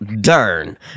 darn